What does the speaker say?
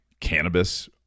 cannabis